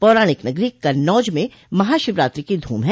पौराणिक नगरी कन्नौज में महाशिवरात्रि की धूम है